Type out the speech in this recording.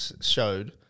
showed